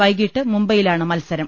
വൈകിട്ട് മുംബൈയിലാണ് മത്സരം